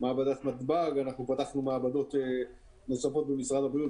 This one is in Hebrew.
במעבדת נתב"ג ופתחנו מעבדות נוספות במשרד הבריאות,